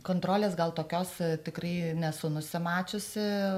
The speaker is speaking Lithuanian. kontrolės gal tokios tikrai nesu nusimačiusi